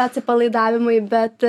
atsipalaidavimui bet